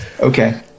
Okay